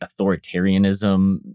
authoritarianism